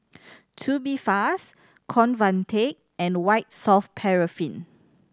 Tubifast Convatec and White Soft Paraffin